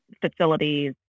facilities